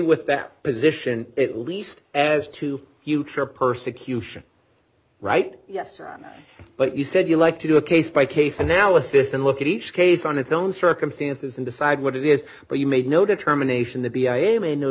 with that position at least as to utra persecution right yes but you said you like to do a case by case analysis and look at each case on its own circumstances and decide what it is but you made no determination that the i am in no